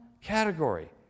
category